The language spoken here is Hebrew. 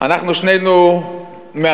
אנחנו שנינו מהפריפריה,